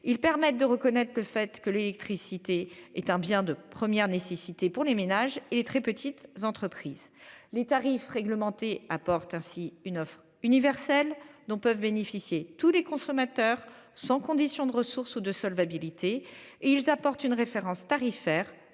sont une reconnaissance du fait que l'électricité est un bien de première nécessité pour les ménages et les très petites entreprises. Ils constituent une offre universelle, dont peuvent bénéficier tous les consommateurs, sans condition de ressources ou de solvabilité. Ils sont enfin une référence tarifaire